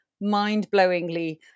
mind-blowingly